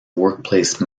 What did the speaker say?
workplace